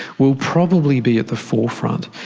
will probably be at the forefront.